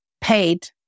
paid